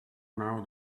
now